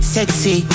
Sexy